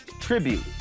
Tribute